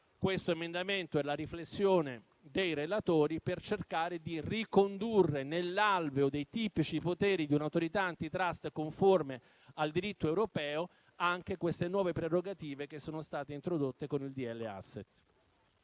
quindi una riflessione da parte dei relatori per cercare di ricondurre nell'alveo dei tipici poteri di un'Autorità *antitrust* conforme al diritto europeo anche queste nuove prerogative che sono state introdotte con il decreto